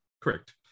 correct